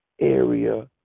area